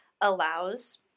allows